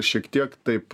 šiek tiek taip